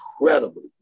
incredibly